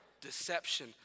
deception